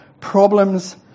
problems